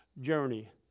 journey